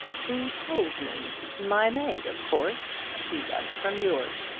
who told me? my maid. of course she got it from yours.